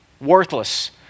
worthless